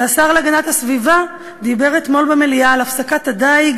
והשר להגנת הסביבה דיבר אתמול במליאה על הפסקת הדיג